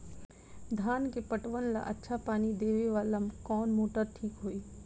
धान के पटवन ला अच्छा पानी देवे वाला कवन मोटर ठीक होई?